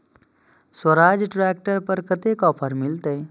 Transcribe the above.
Swaraj tractor पर कतेक offer मिलते?